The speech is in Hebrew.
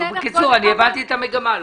אני הבנתי את המגמה.